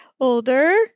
older